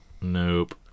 Nope